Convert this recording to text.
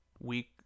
week